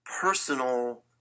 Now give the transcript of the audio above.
personal